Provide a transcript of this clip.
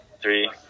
three